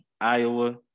Iowa